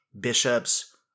bishops